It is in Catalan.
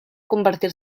convertir